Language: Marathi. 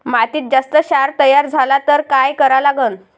मातीत जास्त क्षार तयार झाला तर काय करा लागन?